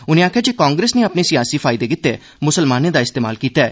उनें आक्खेआ जे कांग्रेस नै अपने सियासी फायदे लेई मुसलमानें दा इस्तेमाल कीता ऐ